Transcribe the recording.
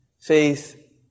faith